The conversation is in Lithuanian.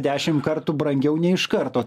dešim kartų brangiau nei iš karto